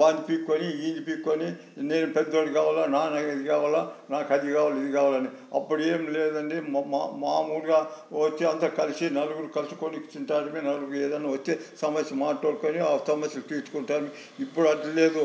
వాంది పీక్కొని వీడిది పీక్కొని నేను పెద్దవాడు కావాలా నాన్న ఇది కావాలా నాకు అది కావాల ఇది కావాల అని అప్పుడు ఏమి లేదండి మామూలుగా వచ్చి అంతా కలిసి నలుగురు కలుసుకొని తింటాంటమి నలుగురికి ఏదైనా వస్తే సమస్య మాట్లాడుకొని ఆ సమస్యని తీర్చుకుంటాం ఇప్పుడు అలా లేదు